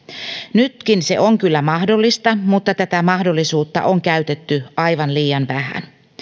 nytkin se on kyllä mahdollista mutta tätä mahdollisuutta on käytetty aivan liian vähän